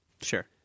sure